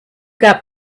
got